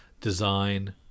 design